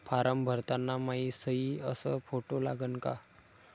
Form भरताना मायी सयी अस फोटो लागन का?